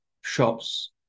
shops